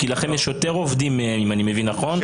לכם יש יותר עובדים אם אני מבין נכון.